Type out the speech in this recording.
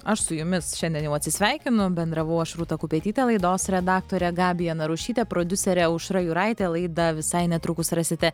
aš su jumis šiandien jau atsisveikinu bendravau aš rūta kupetytė laidos redaktorė gabija narušytė prodiuserė aušra juraitė laidą visai netrukus rasite